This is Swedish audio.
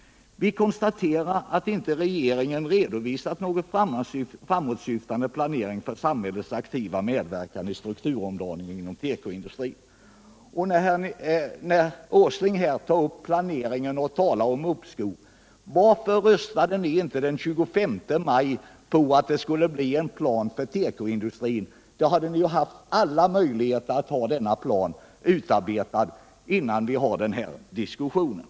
Vi konstaterade att regeringen inte har redovisat någon framåtsyftande planering för samhällets aktiva medverkan i strukturomdaningen inom tekoindustrin. Herr Åsling tog här upp planeringen och talade om uppskov. Jag vill då fråga honom: Varför röstade ni inte den 25 maj på att det skulle bli en plan för tekoindustrin? Då skulle ni haft alla möjligheter att ha denna plan utarbetad, innan vi för den här diskussionen.